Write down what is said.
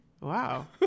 Wow